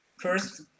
First